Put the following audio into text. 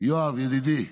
יואב ידידי,